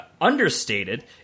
understated